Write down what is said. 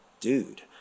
dude